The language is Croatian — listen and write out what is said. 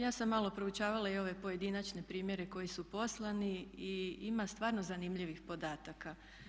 Ja sam malo proučavala i ove pojedinačne primjere koji su poslani i ima stvarno zanimljivih podataka.